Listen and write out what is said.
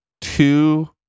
two